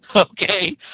Okay